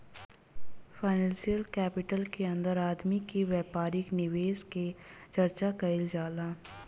financial capital के अंदर आदमी के व्यापारिक निवेश के चर्चा कईल जाला